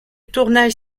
tournage